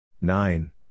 nine